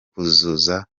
kuzuza